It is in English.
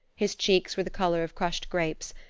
his cheeks were the color of crushed grapes,